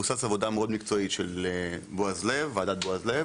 מבוסס עבודה מאוד מקצועית של ועדת בועז לב,